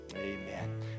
amen